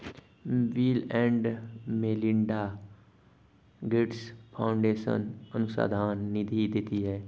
bill and Melinda Gates Foundation अनुसंधान निधि देती है